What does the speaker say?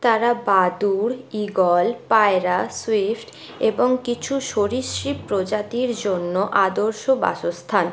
তারা বাদুড় ঈগল পায়রা সুইফ্ট এবং কিছু সরীসৃপ প্রজাতির জন্য আদর্শ বাসস্থান